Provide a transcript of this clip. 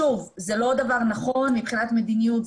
שוב, זה לא דבר נכון מבחינת מדיניות.